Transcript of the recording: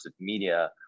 media